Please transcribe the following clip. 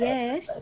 Yes